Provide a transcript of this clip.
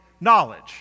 Knowledge